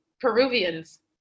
peruvians